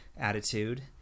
attitude